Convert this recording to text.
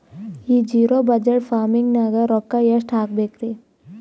ಈ zero budget farming ನಾಗ್ ರೊಕ್ಕ ಎಷ್ಟು ಹಾಕಬೇಕರಿ?